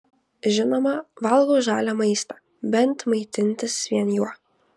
žinoma valgau žalią maistą bent maitintis vien juo